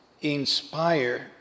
inspire